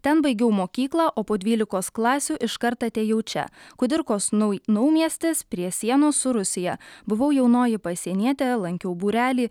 ten baigiau mokyklą o po dvylikos klasių iškart atėjau čia kudirkos nau naumiestis prie sienos su rusija buvau jaunoji pasienietė lankiau būrelį